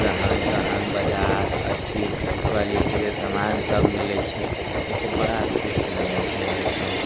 रहन सहन बाजार अच्छी क्वालिटीके समान सब मिलै छै एहिसँ बड़ा खुश लगै छी हमसब